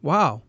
Wow